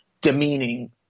demeaning